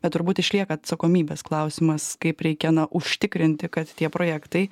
bet turbūt išlieka atsakomybės klausimas kaip reikia na užtikrinti kad tie projektai